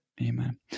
Amen